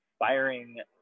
inspiring